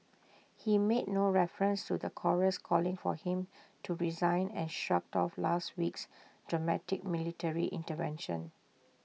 he made no reference to the chorus calling for him to resign and shrugged off last week's dramatic military intervention